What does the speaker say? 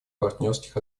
партнерских